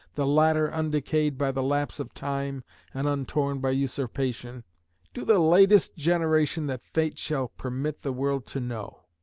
the latter undecayed by the lapse of time and untorn by usurpation to the latest generation that fate shall permit the world to know.